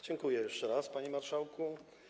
Dziękuję jeszcze raz, panie marszałku.